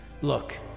Look